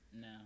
No